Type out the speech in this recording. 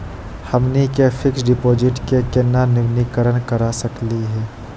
हमनी के fix deposit क केना नवीनीकरण करा सकली हो?